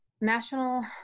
national